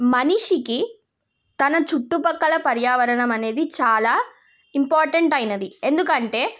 మనిషికి తన చుట్టు ప్రక్కల పర్యావరణం అనేది చాలా ఇంపార్టెంట్ అయినది ఎందుకంటే